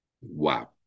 Wow